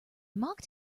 mocked